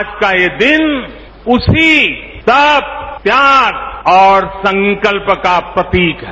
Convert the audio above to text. आज का ये दिन उसी तप त्याग और संकल्प का प्रतीक है